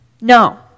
No